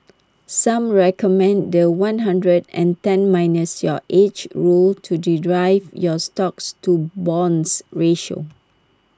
some recommend The One hundred and ten minus your age rule to derive your stocks to bonds ratio